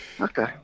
Okay